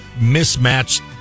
mismatched